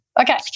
Okay